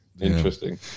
Interesting